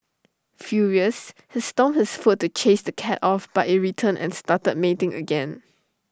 furious he stomped his foot to chase the cat off but IT returned and started A mating again